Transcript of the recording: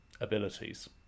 abilities